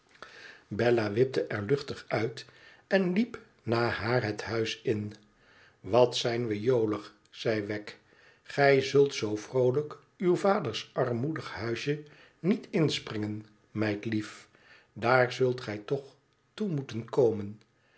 bella wipte er luchtig uit en liep na haar het huis in wat zijn we joli zei wegg gij zult zoo vroolijk uw vaders armoedig hubje niet inspringen meidlief daar zult gij toch toe moeten komen